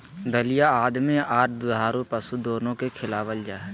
दलिया आदमी आर दुधारू पशु दोनो के खिलावल जा हई,